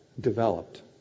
developed